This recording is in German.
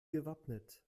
gewappnet